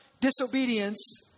disobedience